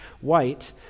White